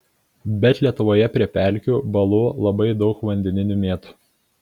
bet lietuvoje prie pelkių balų labai daug vandeninių mėtų